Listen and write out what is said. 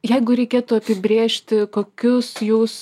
jeigu reikėtų apibrėžti kokius jūs